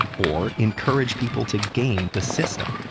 or encourage people to game the system.